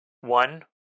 one